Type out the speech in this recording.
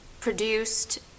produced